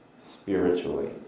spiritually